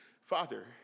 Father